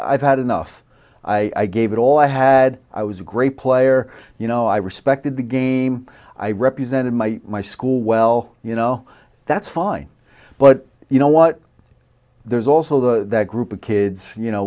i've had enough i gave it all i had i was a great player you know i respected the game i represented my my school well you know that's fine but you know what there's also that group of kids you know